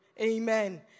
Amen